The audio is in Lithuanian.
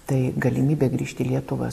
tai galimybė grįžti į lietuvą